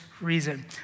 reason